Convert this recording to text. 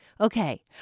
Okay